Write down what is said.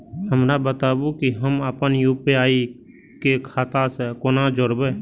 हमरा बताबु की हम आपन यू.पी.आई के खाता से कोना जोरबै?